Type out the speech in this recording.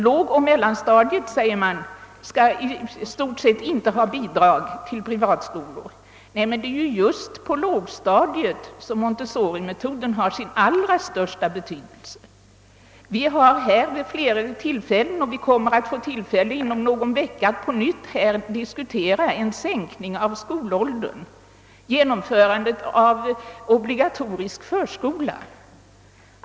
Lågoch mellanstadiet i privatskolor skall i stort sett inte erhålla statsbidrag, säger man; Men det är ju just på lågstadiet som montessorimetoden har sin allra största betydelse. Vi har här vid ilera tillfällen debatterat och vi kommer att inom någon vecka på nytt diskutera en sänkning av skolåldern eller obligatorisk förskola.